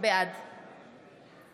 בעד